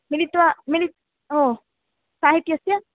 मिलित्वा मिलित् ओ साहित्यस्य